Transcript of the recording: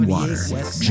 Water